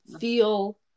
feel